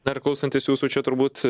na ir klausantis jūsų čia turbūt